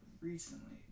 recently